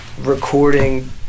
recording